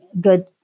good